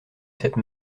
cette